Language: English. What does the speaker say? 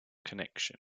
connection